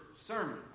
sermon